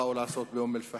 באו לעשות באום-אל-פחם.